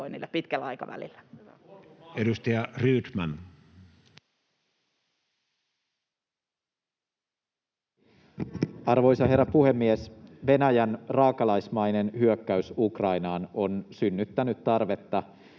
Arvoisa herra puhemies! Venäjän raakalaismainen hyökkäys Ukrainaan on synnyttänyt tarvetta